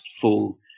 full